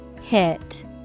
Hit